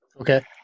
okay